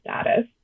status